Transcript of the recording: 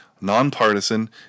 nonpartisan